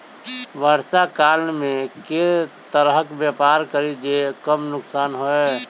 वर्षा काल मे केँ तरहक व्यापार करि जे कम नुकसान होइ?